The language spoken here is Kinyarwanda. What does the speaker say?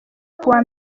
kuwa